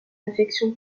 affection